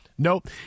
Nope